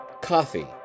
Coffee